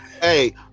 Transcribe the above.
Hey